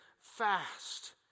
fast